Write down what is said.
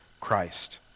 Christ